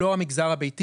לא המגזר הביתי,